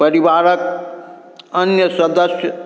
परिवारके अन्य सदस्य